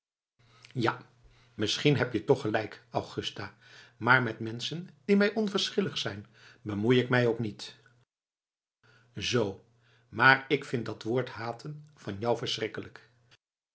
ja misschien heb je toch gelijk augusta maar met menschen die mij onverschillig zijn bemoei ik mij ook niet zoo maar ik vind dat woord haten van jou verschrikkelijk